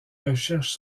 recherches